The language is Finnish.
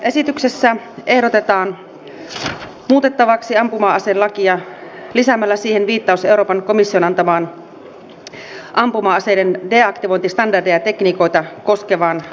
esityksessä ehdotetaan muutettavaksi ampuma aselakia lisäämällä siihen viittaus euroopan komission antamaan ampuma aseiden deaktivointistandardeja ja tekniikoita koskevaan asetukseen